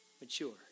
mature